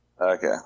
Okay